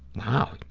wow,